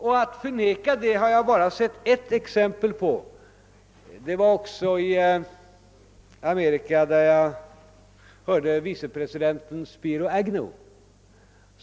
Att detta förnekas har jag bara sett ett exempel på. Det var i Amerika där jag hörde vicepresidenten Spiro Agnew.